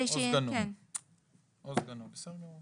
או סגנו, בסדר גמור.